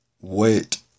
wait